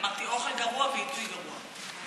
אמרתי: אוכל גרוע ועיתוי גרוע.